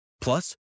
Plus